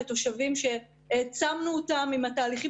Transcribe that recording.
הם עכשיו תושבים שהעצמנו אותם עם התהליכים